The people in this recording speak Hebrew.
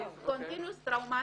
Continuance traumatic